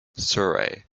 surrey